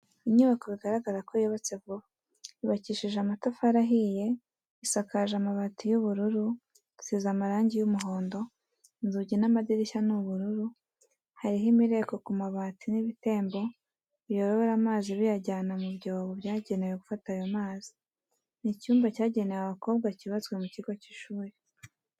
Inyubako bigaragara ko yubatswe vuba, yubakishije amatafari ahiye, isakaje amabati y'ubururu, isize amarangi y'umuhondo, inzugi n'amadirishya ni ubururu, hariho imireko ku mabati n'ibitembo biyobora amazi biyajyana mu byobo byagenewe gufata ayo mazi. Ni icyumba cyagenewe abakobwa cyubatswe mu kigo cy'ishuri.